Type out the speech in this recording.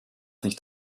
nicht